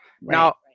Now